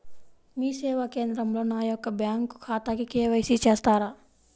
మీ సేవా కేంద్రంలో నా యొక్క బ్యాంకు ఖాతాకి కే.వై.సి చేస్తారా?